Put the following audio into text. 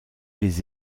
les